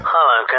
Hello